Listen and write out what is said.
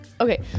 okay